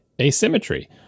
asymmetry